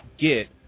get